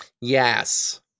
Yes